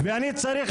ולא הצלחתי